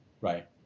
right